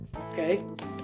Okay